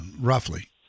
roughly